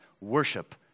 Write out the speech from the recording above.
worship